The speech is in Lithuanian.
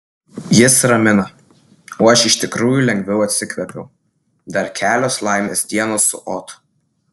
jis ramina o aš iš tikrųjų lengviau atsikvėpiau dar kelios laimės dienos su otu